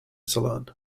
salon